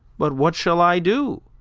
but what shall i do?